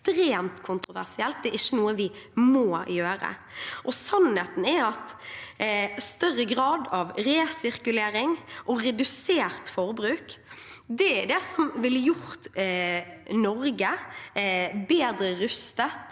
Det er ikke noe vi må gjøre. Sannheten er at større grad av resirkulering og redusert forbruk er det som ville gjort Norge bedre rustet